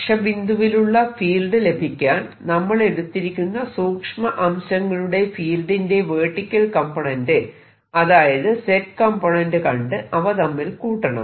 അക്ഷബിന്ദുവിലുള്ള field ലഭിക്കാൻ നമ്മൾ എടുത്തിരിക്കുന്ന സൂക്ഷ്മ അംശങ്ങളുടെ ഫീൽഡിന്റെ വെർട്ടിക്കൽ കംപോണേന്റ് അതായത് Z കംപോണേന്റ് കണ്ട് അവ തമ്മിൽ കൂട്ടണം